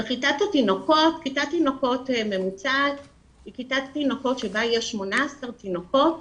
כיתת תינוקות ממוצעת היא כיתת תינוקות שבה יש 18 תינוקות,